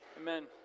Amen